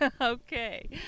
Okay